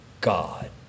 God